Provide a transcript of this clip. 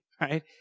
right